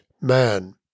man